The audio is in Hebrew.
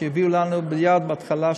שיביאו לנו מייד בהתחלה כשמצרפים,